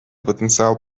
потенциал